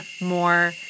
more